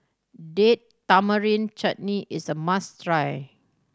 Date Tamarind Chutney is a must try